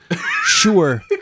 Sure